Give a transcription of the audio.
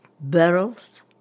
barrels